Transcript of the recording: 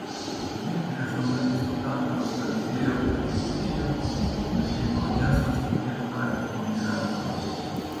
ji prieš žurnalistų kameras kalbėjo ir kaip kijevo ir kaip odesos ir kaip charkovo gyventoja